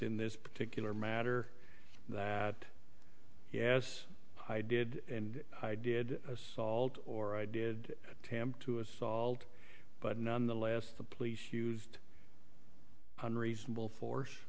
in this particular matter yes i did and i did assault or i did attempt to assault but none the less the police used on reasonable force